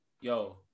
yo